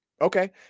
Okay